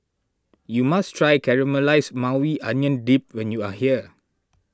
you must try Caramelized Maui Onion Dip when you are here